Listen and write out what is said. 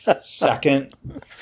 second